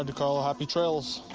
ah decarlo, happy trails.